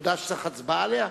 זאת הודעה שצריך להצביע עליה?